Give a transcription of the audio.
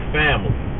family